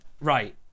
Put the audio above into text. right